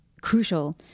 crucial